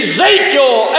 Ezekiel